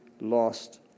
lost